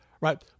right